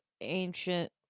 ancient